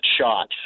shot